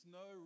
no